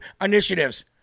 initiatives